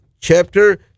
chapter